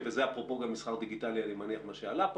וזה אפרופו גם מסחר דיגיטלי, מה שעלה כאן.